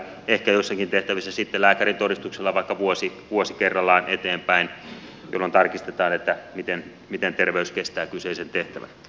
ehkä joissakin tehtävissä sitten lääkärintodistuksella vaikka vuosi kerrallaan eteenpäin jolloin tarkistetaan miten terveys kestää kyseiset tehtävät